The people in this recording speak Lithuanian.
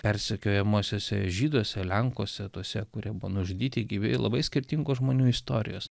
persekiojamuose žyduose lenkuose tuose kurie buvo nužudyti gyvi labai skirtingos žmonių istorijos